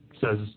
says